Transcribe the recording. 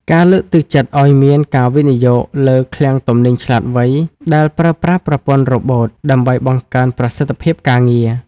ការលើកទឹកចិត្តឱ្យមានការវិនិយោគលើ "ឃ្លាំងទំនិញឆ្លាតវៃ" ដែលប្រើប្រាស់ប្រព័ន្ធរ៉ូបូត ដើម្បីបង្កើនប្រសិទ្ធភាពការងារ។